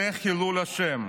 זה חילול השם.